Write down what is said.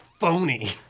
Phony